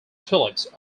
phillips